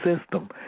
system